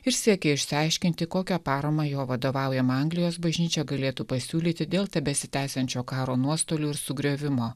ir siekė išsiaiškinti kokią paramą jo vadovaujama anglijos bažnyčia galėtų pasiūlyti dėl tebesitęsiančio karo nuostolių ir sugriovimo